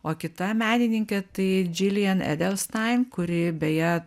o kita menininkė tai džilijan edelstain kuri beje